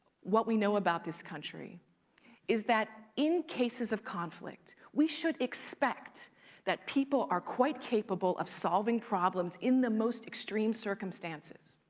what we know about this country is that in cases of conflict, we should expect expect that people are quite capable of solving problems in the most extreme circumstances.